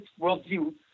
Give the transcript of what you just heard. worldview